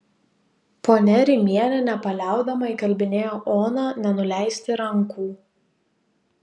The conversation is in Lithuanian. ponia rimienė nepaliaudama įkalbinėjo oną nenuleisti rankų